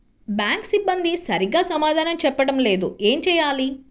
Bank సిబ్బంది సరిగ్గా సమాధానం చెప్పటం లేదు ఏం చెయ్యాలి?